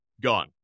gone